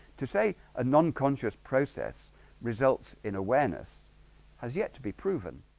to say an unconscious process results in awareness has yet to be proven